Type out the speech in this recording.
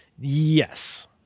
yes